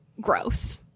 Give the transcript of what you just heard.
gross